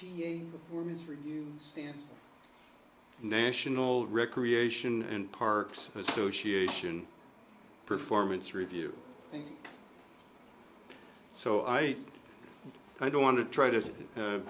the national recreation and parks association performance review so i i don't want to try to